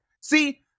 see